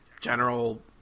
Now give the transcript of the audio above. general